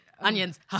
onions